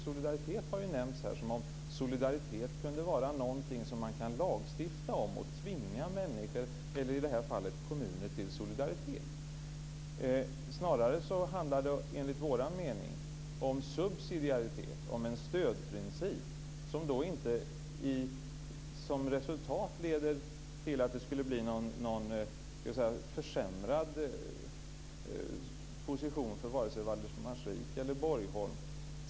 Solidaritet har nämnts här som om solidaritet kunde vara någonting som man kan lagstifta om och tvinga människor, eller i det här fallet kommuner, till solidaritet. Snarare handlar det enligt vår mening om subsidiaritet, om en stödprincip som inte som resultat leder till att det skulle bli en försämrad position för vare sig Valdemarsvik eller Borgholm.